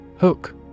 Hook